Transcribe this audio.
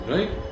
Right